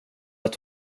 att